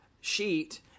sheet